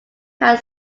had